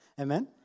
Amen